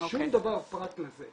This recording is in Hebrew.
שום דבר פרט לזה.